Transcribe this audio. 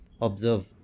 observe